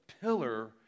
pillar